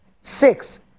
six